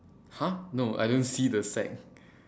!huh! no I don't see the sack